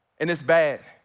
and it's bad,